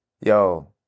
yo